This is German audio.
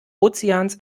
ozeans